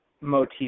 Motif